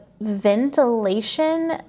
ventilation